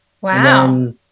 Wow